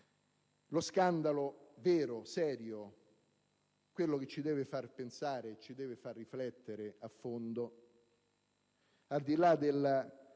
Lo scandalo vero, serio, quello che ci deve far pensare e riflettere a fondo, al di là dei